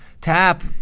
Tap